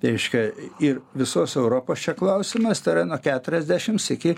reiškia ir visos europos čia klausimas tai yra nuo keturiasdešims iki